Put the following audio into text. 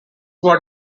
what